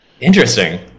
Interesting